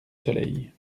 soleil